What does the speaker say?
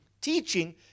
teaching